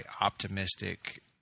optimistic